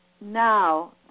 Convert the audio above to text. now